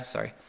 Sorry